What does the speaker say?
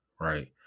right